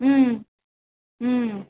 ம் ம்